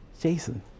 Jason